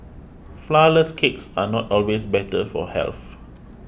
Flourless Cakes are not always better for health